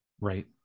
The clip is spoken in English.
Right